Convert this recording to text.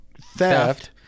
Theft